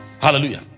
Hallelujah